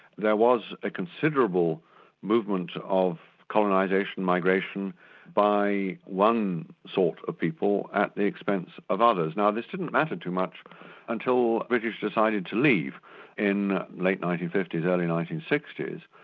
there was a considerable movement of colonisation, migration by one sort of people at the expense of others. now this didn't matter too much until the british decided to leave in late nineteen fifty s, early nineteen sixty s,